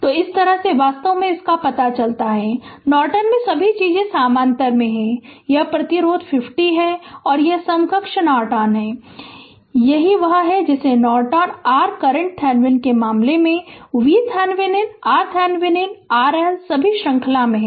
तो इस तरह से वास्तव में इसका पता चलता है नॉर्टन में कि सभी चीजें समानांतर में हैं यह प्रतिरोध 50 और यह समकक्ष नॉर्टन है और यही वह है जिसे नॉर्टन आर करंट थेवेनिन के मामले में VThevenin RThevenin RL सभी श्रृंखला में हैं